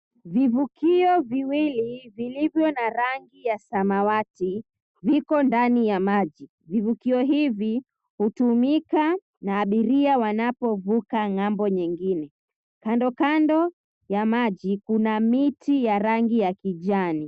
Vivukio viwili, vilivyo na rangi ya samawati, viko ndani ya maji. Vivukio hivi, hutumika na abiria wanapovuka ng'ambo nyingine. Kando kando ya maji, kuna miti ya rangi ya kijani.